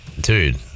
Dude